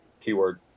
keyword